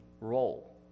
role